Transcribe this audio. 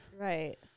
Right